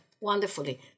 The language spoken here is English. wonderfully